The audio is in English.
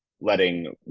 letting